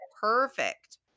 perfect